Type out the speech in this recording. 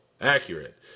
accurate